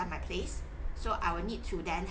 off my place so I will need to then